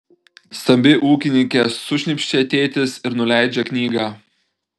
stambi ūkininkė sušnypščia tėtis ir nuleidžia knygą